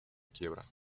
quiebra